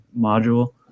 module